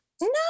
No